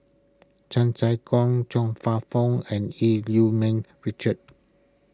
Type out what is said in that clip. Chan Sek Keong Chong Fah Feong and Eu Yee Ming Richard